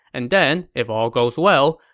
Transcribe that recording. and then, if all goes well,